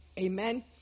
Amen